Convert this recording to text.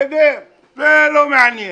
זה לא מעניין.